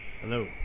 Hello